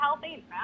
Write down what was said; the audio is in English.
healthy